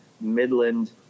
Midland